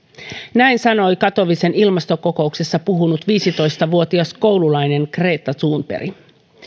näin sanoi katowicen ilmastokokouksessa puhunut viisitoista vuotias koululainen greta thunberg